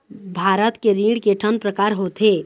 भारत के ऋण के ठन प्रकार होथे?